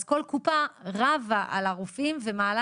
אז כל קופת חולים רבה על הרופאים ומעלה